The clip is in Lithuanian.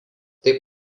taip